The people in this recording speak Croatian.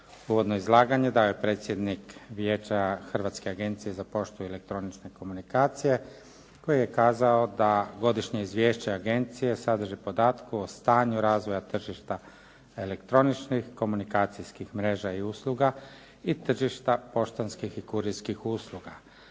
Uvodno izlaganje dao je predsjednik vijeća Hrvatske agencije za poštu i elektroničke komunikacije koji je kazao da godišnje izvješće agencije sadrži podatke o stanju razvoja tržišta elektroničkih, komunikacijskih mreže i usluga i tržišta poštanskih i kurirskih usluga,